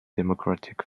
democratic